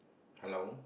hello